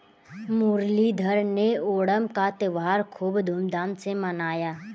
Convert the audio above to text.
मुरलीधर ने ओणम का त्योहार खूब धूमधाम से मनाया